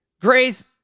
Grace